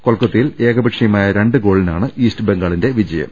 കൊൽക്കത്തയിൽ ഏകപ ക്ഷീയമായ രണ്ട് ഗോളുകൾക്കാണ് ഈസ്റ്റ് ബംഗാളിന്റെ വിജയം